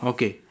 Okay